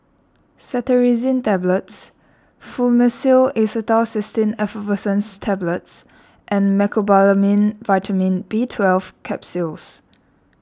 Cetirizine Tablets Fluimucil Acetylcysteine Effervescent Tablets and Mecobalamin Vitamin B Twelve Capsules